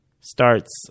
starts